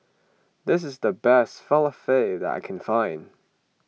this is the best Falafel that I can find